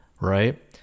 right